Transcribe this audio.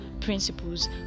principles